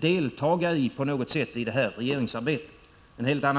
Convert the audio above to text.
delta i regeringsarbetet på något sätt.